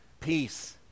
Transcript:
Peace